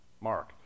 Mark